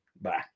Bye